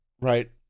right